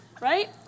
Right